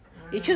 ah